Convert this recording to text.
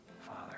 Father